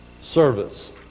service